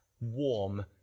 warm